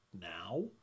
now